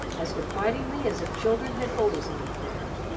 as confidingly as if children had always leaned there.